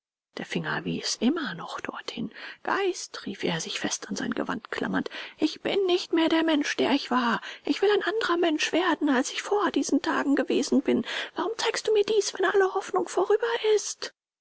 der finger wies immer noch dorthin geist rief er sich fest an sein gewand klammernd ich bin nicht mehr der mensch der ich war ich will ein anderer mensch werden als ich vor diesen tagen gewesen bin warum zeigst du mir dies wenn alle hoffnung vorüber ist